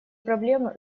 проблемы